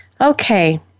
Okay